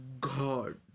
god